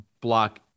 block